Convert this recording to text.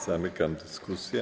Zamykam dyskusję.